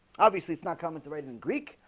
obviously it's not common to write in greek,